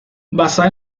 basada